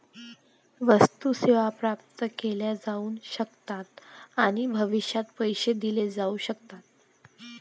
वस्तू, सेवा प्राप्त केल्या जाऊ शकतात आणि भविष्यात पैसे दिले जाऊ शकतात